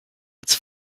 its